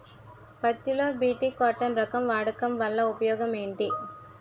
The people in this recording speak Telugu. పత్తి లో బి.టి కాటన్ రకం వాడకం వల్ల ఉపయోగం ఏమిటి?